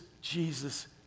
Jesus